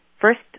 first